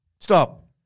Stop